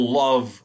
love